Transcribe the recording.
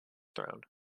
throne